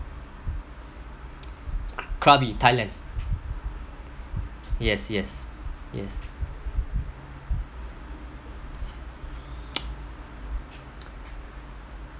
kr~ krabi thailand yes yes yes